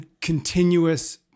continuous